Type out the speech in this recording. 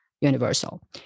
universal